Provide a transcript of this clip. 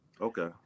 Okay